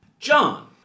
John